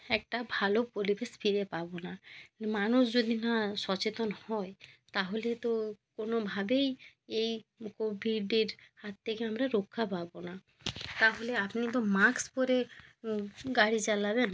একটা ভালো পরিবেশ ফিরে পাবো না মানুষ যদি না সচেতন হয় তাহলে তো কোনোভাবেই এই কোভিডের হাত তেকে আমরা রক্ষা পাবো না তাহলে আপনি তো মাস্ক পরে গাড়ি চালাবেন